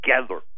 together